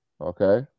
Okay